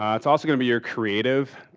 um it's also gonna be your creative.